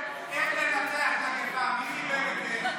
חיבר את "איך לנצח מגפה", מי חיבר את זה?